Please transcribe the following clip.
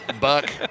Buck